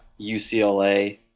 UCLA